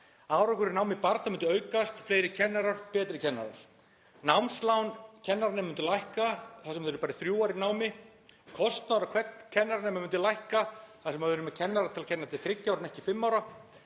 Árangur í námi barna myndi aukast, fleiri kennarar, betri kennarar. Námslán kennaranema myndu lækka þar sem þeir yrðu bara þrjú ár í námi og kostnaður á hvern kennaranema myndi lækka þar sem við erum með kennara til að kenna til þriggja ára en ekki fimm ára.